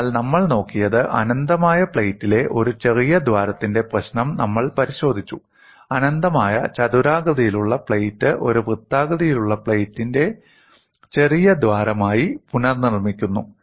അതിനാൽ നമ്മൾ നോക്കിയത് അനന്തമായ പ്ലേറ്റിലെ ഒരു ചെറിയ ദ്വാരത്തിന്റെ പ്രശ്നം നമ്മൾ പരിശോധിച്ചു അനന്തമായ ചതുരാകൃതിയിലുള്ള പ്ലേറ്റ് ഒരു വൃത്താകൃതിയിലുള്ള പ്ലേറ്റിലെ ചെറിയ ദ്വാരമായി പുനർനിർമ്മിക്കുന്നു